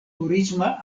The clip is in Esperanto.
turisma